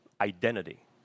identity